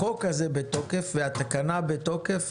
החוק הזה בתוקף, והתקנה בתוקף.